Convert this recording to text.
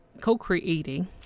co-creating